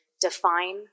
define